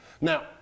now